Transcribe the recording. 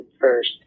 first